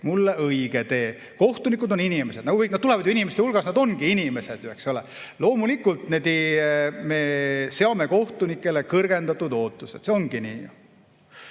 mulle õige tee. Kohtunikud on inimesed nagu kõik, nad tulevad ju inimeste hulgast, nad ongi inimesed. Loomulikult me seame kohtunikele kõrgendatud ootused, see ongi nii.